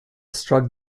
struck